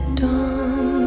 dawn